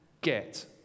get